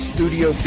Studio